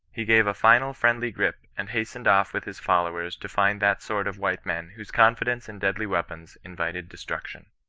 he gave a final friendly grip and hastened off with his followers to find that sort of white men whose confidence in deadly weapons invited destruction.